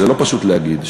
זה לא פשוט להגיד,